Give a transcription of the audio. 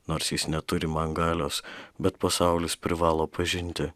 nors jis neturi man galios bet pasaulis privalo pažinti